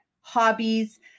hobbies